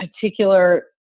particular